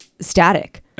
static